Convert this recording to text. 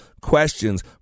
questions